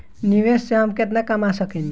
निवेश से हम केतना कमा सकेनी?